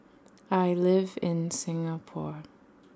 I live in Singapore